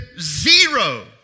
zero